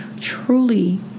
truly